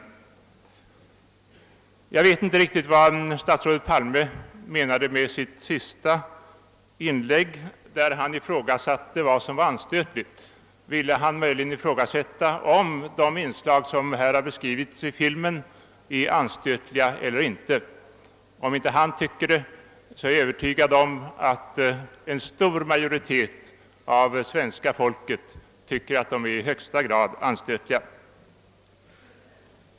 Jag vet inte riktigt vad statsrådet Palme menade med sitt sista inlägg, där han ifrågasatte vad som var anstötligt. Ville han verkligen ifrågasätta, om de osedliga inslag i filmen som här har berörts är anstötliga eller inte? Även om inte han tycker att de är det, är jag övertygad om att en stor del av svenska folket tycker att de är i högsta grad anstötliga.